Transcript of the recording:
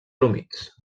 humits